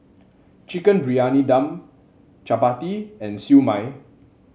Chicken Briyani Dum chappati and Siew Mai